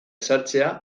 sartzea